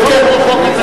כן, כן.